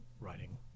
writing